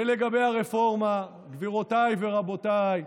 ולגבי הרפורמה, גבירותיי ורבותיי,